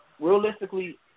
realistically